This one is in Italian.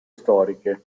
storiche